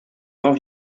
quand